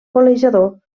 golejador